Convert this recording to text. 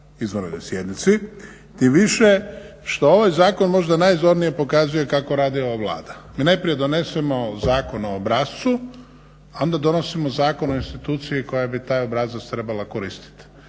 izvanrednoj sjednici, tim više što ovaj zakon možda najzornije pokazuje kako radi ova Vlada. Mi najprije donesemo Zakon o obrascu, a onda donosimo zakon o instituciji koja bi taj obrazac trebala koristiti.